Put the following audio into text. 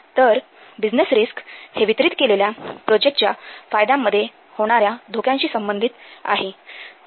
तर business risks हे वितरीत केलेल्या प्रोजेक्टच्या फायद्यामध्ये होणाऱ्या धोक्यांशी संबंधित आहे